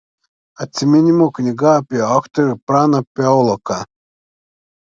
atsiminimų knyga apie aktorių praną piauloką